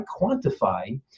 quantify